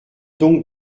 donc